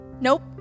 Nope